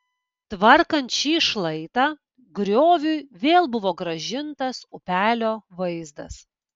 tvarkant šį šlaitą grioviui vėl buvo grąžintas upelio vaizdas